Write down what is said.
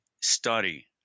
study